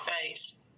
face